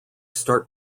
start